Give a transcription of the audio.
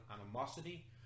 animosity